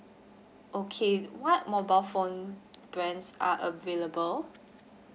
okay what mobile phone brands are available